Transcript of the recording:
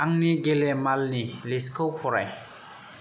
आंंनि गेलामालनि लिस्तखौ फराय